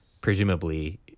presumably